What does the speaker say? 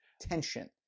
Tension